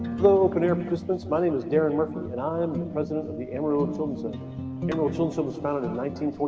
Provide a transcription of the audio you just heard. hello canary christmas my name is darin murphy and i am the president of the amarillo pilsen numeral chilton was founded in